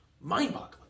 mind-boggling